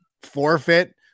forfeit